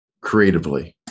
creatively